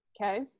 Okay